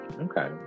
okay